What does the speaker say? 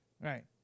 Right